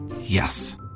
Yes